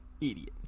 idiot